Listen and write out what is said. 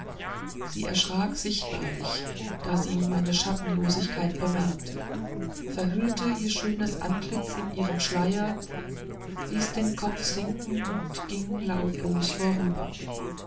sie erschrak sichtbarlich da sie meine schattenlosigkeit bemerkte verhüllte ihr schönes antlitz in ihren schleier ließ den kopf sinken und ging lautlos vorüber